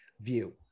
view